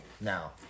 Now